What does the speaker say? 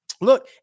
look